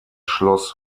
schloss